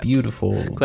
beautiful